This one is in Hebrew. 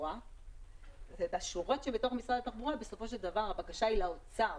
התחבורה ובשורות שבתוך משרד התחבורה בסופו של דבר הבקשה היא לאוצר,